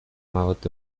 مواد